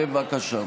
בבקשה.